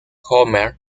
homer